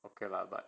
okay lah but